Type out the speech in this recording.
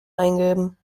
eingeben